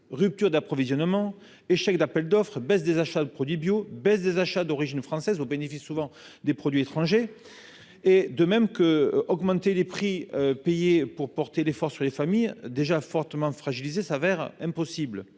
rupture d'approvisionnement, échec d'appels d'offres, baisse des achats de produits bio, baisse des achats d'origine française au bénéfice souvent des produits étrangers, et de même que augmenter les prix payés pour porter l'effort sur les familles déjà fortement fragilisé s'avère impossible,